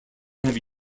have